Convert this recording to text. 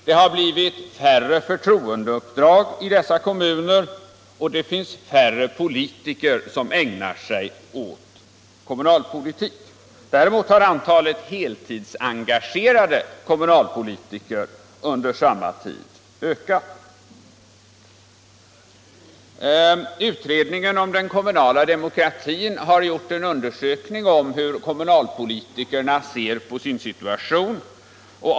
Det har blivit färre förtroendeuppdrag i dessa kommuner och det finns färre politiker som ägnar sig åt kommunalpolitik. Däremot har antalet heltidsengagerade kommunalpolitiker under samma tid ökat. Utredningen om den kommunala demokratin har gjort en undersökning om hur kommunalpolitikerna ser på sin situation.